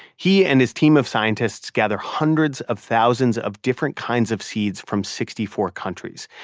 he and his team of scientists gather hundreds of thousands of different kinds of seeds from sixty four countries.